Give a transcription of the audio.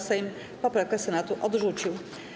Sejm poprawkę Senatu odrzucił.